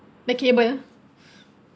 the cable